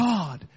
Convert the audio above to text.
God